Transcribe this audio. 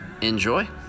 enjoy